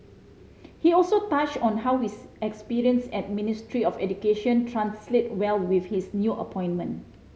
he also touched on how his experience at Ministry of Education translate well with his new appointment